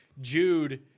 Jude